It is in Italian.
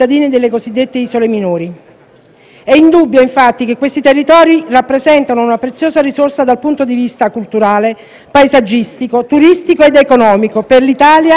È indubbio infatti che questi territori rappresentino una preziosa risorsa dal punto di vista culturale, paesaggistico, turistico ed economico per l'Italia e per l'intero Mediterraneo.